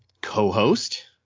co-host